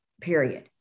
Period